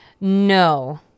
No